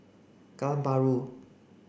Kallang Bahru